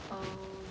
err